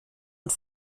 und